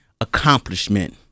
accomplishment